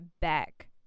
back